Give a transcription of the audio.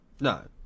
no